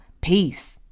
Peace